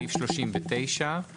בסעיף 39 - (1)